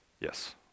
Yes